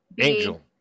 Angel